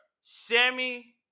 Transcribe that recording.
Sammy